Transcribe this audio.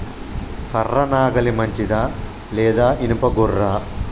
కర్ర నాగలి మంచిదా లేదా? ఇనుప గొర్ర?